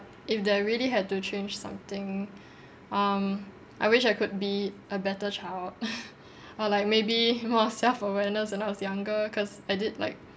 if there really had to change something um I wish I could be a better child or like maybe more self awareness when I was younger cause I did like